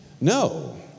no